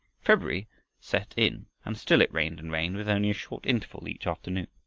february set in and still it rained and rained, with only a short interval each afternoon.